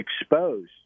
exposed